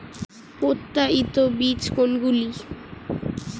প্রত্যায়িত বীজ কোনগুলি?